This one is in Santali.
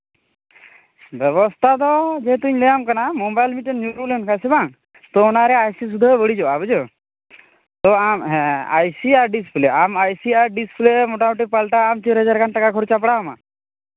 ᱵᱮᱵᱚᱥᱛᱷᱟ ᱫᱚ ᱡᱮᱦᱮᱛᱩᱧ ᱞᱟᱹᱭᱟᱢ ᱠᱟᱱᱟ ᱢᱳᱵᱟᱭᱤᱞ ᱢᱤᱫᱴᱟᱱ ᱧᱩᱨᱩ ᱞᱮᱱᱠᱷᱟᱱ ᱥᱮ ᱵᱟᱝ ᱛᱳ ᱚᱱᱟ ᱨᱮᱭᱟᱜ ᱟᱭ ᱥᱤ ᱥᱩᱫᱷᱟᱹᱜ ᱵᱟᱹᱲᱤᱡᱚᱜᱼᱟ ᱵᱩᱡᱷᱟᱹᱣ ᱛᱳ ᱟᱢ ᱦᱮᱸ ᱟᱭᱥᱤ ᱟᱨ ᱰᱤᱥᱯᱞᱮ ᱟᱢ ᱧ ᱟᱭᱥᱤ ᱟᱨ ᱰᱤᱥᱯᱞᱮ ᱢᱳᱴᱟᱢᱩᱴᱤ ᱯᱞᱟᱴᱟᱣ ᱟᱢ ᱢᱳᱴᱟᱢᱩᱴᱤ ᱪᱟᱹᱨ ᱦᱟᱡᱟᱨ ᱜᱟᱱ ᱴᱟᱠᱟ ᱠᱷᱚᱨᱪᱟ ᱯᱟᱲᱟᱣ ᱟᱢᱟ